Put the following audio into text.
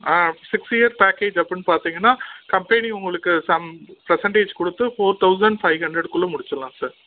ஆ six year package அப்புடின்னு பார்த்தீங்கன்னா company உங்களுக்கு சம் பெர்சன்ட்டேஜ் கொடுத்து ஃபோர் தௌசண்ட் ஃபை ஹண்ட்ரடுக்குள்ளே முடிச்சுடலாம் சார்